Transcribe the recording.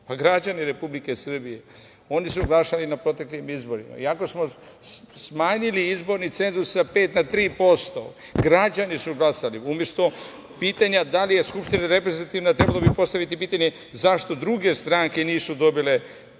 Pa, građani Republike Srbije. Oni su glasali na proteklim izborima. Iako smo smanjili izborni cenzus sa 5% na 3% građani su glasali, umesto pitanja da li je Skupština reprezentativna trebalo bi postaviti pitanje zašto druge stranke nisu dobile